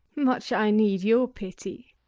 much i need your pity!